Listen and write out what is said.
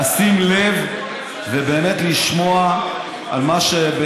לשים לב ובאמת לשמוע, להיות